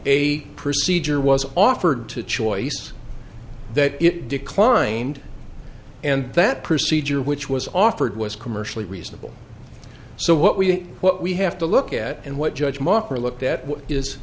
a procedure was offered to choice that it declined and that procedure which was offered was commercially reasonable so what we what we have to look at and what judge mocker looked at